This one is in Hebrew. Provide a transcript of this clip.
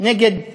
נגד אלימות,